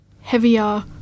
heavier